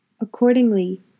Accordingly